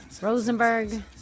Rosenberg